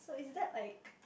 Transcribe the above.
is that like